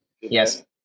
Yes